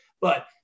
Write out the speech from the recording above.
but-